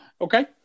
Okay